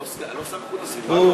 לא השר להגנת הסביבה?